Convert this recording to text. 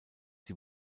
die